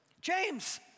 James